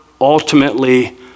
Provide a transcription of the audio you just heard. ultimately